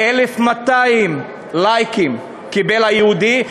1,200 לייקים קיבל היהודי,